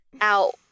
out